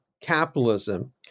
capitalism